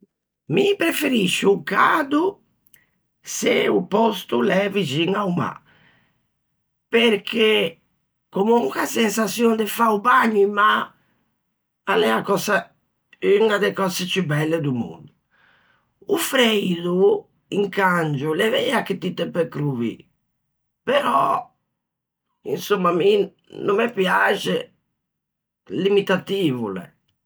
Mi prefesio o cado, se o pòsto o l'é vixin a-o ma perche comonque a sensaçion de fa o bagno in mâ a l'é unna de cöse ciù belle do mondo, o freido in cangio l'é vea che ti te peu crovî, però insomma à mi no me piaxe, limitativo o l'é.